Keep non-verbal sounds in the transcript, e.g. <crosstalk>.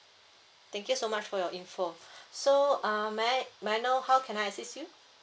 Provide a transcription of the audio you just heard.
thank you so much for your info <breath> so um may I may I know how can I assist you